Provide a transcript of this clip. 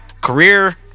Career